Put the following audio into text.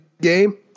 game